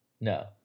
No